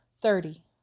thirty